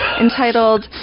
entitled